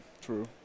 True